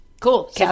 cool